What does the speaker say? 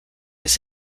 his